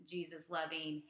Jesus-loving